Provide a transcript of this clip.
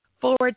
forward